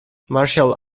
martial